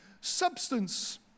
Substance